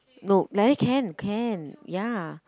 no like that can can ya